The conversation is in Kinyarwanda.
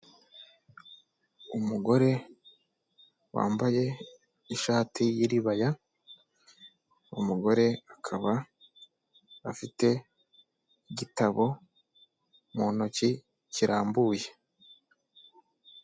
Umugore wambaye ishati y'iribaya; umugore akaba afite igitabo mu ntoki kirambuye.